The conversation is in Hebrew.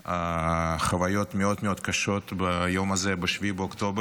חוויות מאוד מאוד קשות ביום הזה, ב-7 באוקטובר.